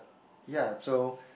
ya so